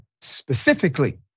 specifically